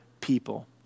people